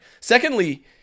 Secondly